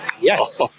Yes